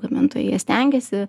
gamintojai jie stengiasi